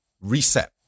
reset